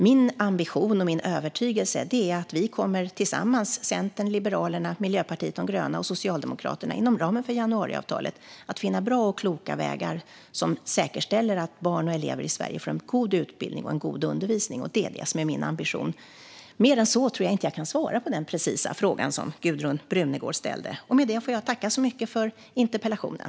Min ambition och övertygelse är att vi tillsammans - Centern, Liberalerna, Miljöpartiet de gröna och Socialdemokraterna - inom ramen för januariavtalet kommer att finna bra och kloka vägar som säkerställer att barn och elever i Sverige får en god utbildning och en god undervisning. Det är det som är min ambition. Mer än så tror jag inte att jag kan svara på den precisa fråga som Gudrun Brunegård ställde. Med det får jag tacka så mycket för interpellationen!